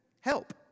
help